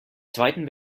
zweiten